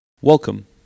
Welcome